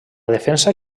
defensa